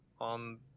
on